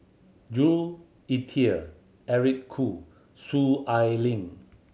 Jules Itier Eric Khoo Soon Ai Ling